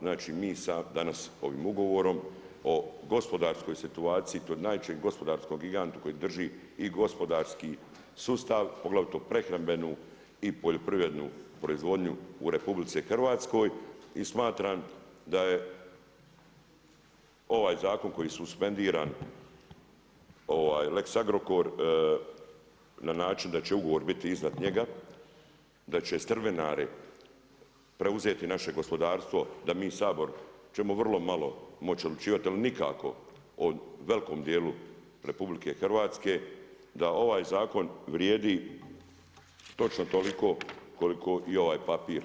Znači, mi danas ovim ugovorom o gospodarskoj situaciju kod najvećeg gospodarskog giganta koji drži i gospodarski sustav, poglavito prehrambenu i poljoprivrednu proizvodnju u RH i smatram da je ovaj zakon koji je suspendiran, lex Agrokor, na način da će ugovor biti iznad njega, da će strvinari preuzeti naše gospodarstvo, da mi u Saboru ćemo vrlo malo moći odlučivati ili nikako u velimo dijelu RH, da ovaj zakon vrijedi točno toliko koliko i ovaj papir.